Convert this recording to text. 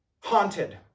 Haunted